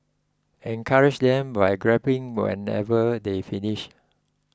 encourage them by clapping whenever they finish